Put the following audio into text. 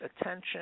attention